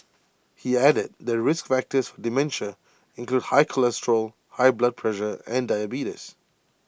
he added that risk factors for dementia include high cholesterol high blood pressure and diabetes